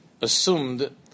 assumed